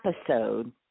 episode